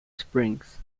springs